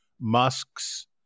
Musk's